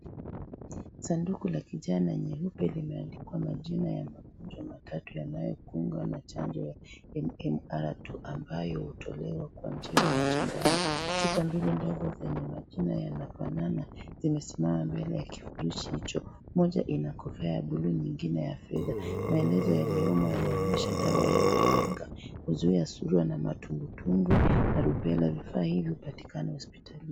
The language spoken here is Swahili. Sanduku la kijani na nyeupe limeandikwa majina ya magonjwa matatu yanayokumbwa na chanjo ya MMR. Ambayo hutolewa kwa njia ya sindano. Chupa mbili ndogo zenye majina yanayofanana zimesimama mbele ya kifurushi hicho. Moja ina kofia ya buluu, nyingine ya fedha. Maelezo yaliyomo yanaoneysha dawa zinazotumika kuzuia surua na matumbwitumbwi na rubela. Vifaa hivi hupatikana hospitalini.